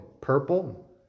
purple